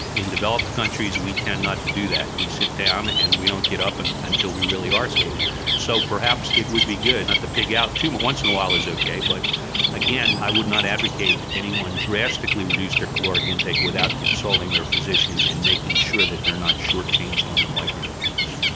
in developed countries we tend not to do that, we sit down and we don't get up and until we really are satiated so perhaps it would be good not to pig out too much, once in a while is ok but again i would not advocate anyone drastically reduce their caloric intake without consulting their physician and making sure that they are not short-changed on the micro nutrients.